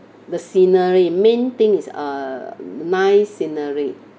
the scenery main thing is uh nice scenery